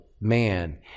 man